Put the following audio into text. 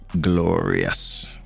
Glorious